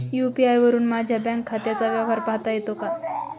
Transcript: UPI वरुन माझ्या bank खात्याचा व्यवहार पाहता येतो का?